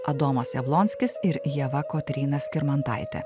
adomas jablonskis ir ieva kotryna skirmantaitė